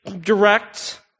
direct